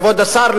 כבוד השר,